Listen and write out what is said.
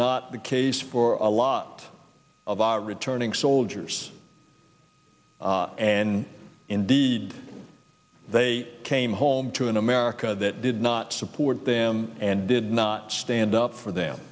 not the case for a lot of our returning soldiers and indeed they came home to an america that did not support them and did not stand up for them